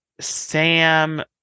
Sam